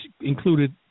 included